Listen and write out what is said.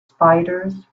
spiders